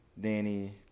Danny